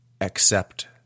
accept